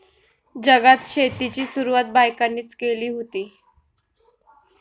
जगात शेतीची सुरवात बायकांनीच केली हुती